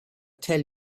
tell